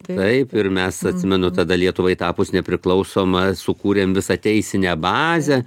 taip ir mes atsimenu tada lietuvai tapus nepriklausoma sukūrėme visą teisinę bazę